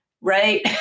Right